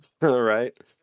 right